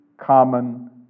common